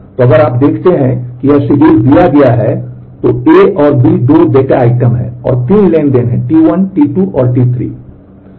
तो अगर आप देखते हैं कि यह शेड्यूल दिया गया है तो A और B दो डेटा आइटम हैं और 3 ट्रांज़ैक्शन हैं T1 T2 T3